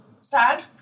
sad